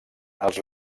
els